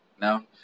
No